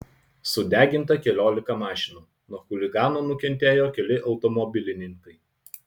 sudeginta keliolika mašinų nuo chuliganų nukentėjo keli automobilininkai